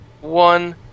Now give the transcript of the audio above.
One